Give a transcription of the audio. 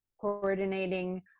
coordinating